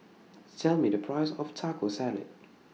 Tell Me The Price of Taco Salad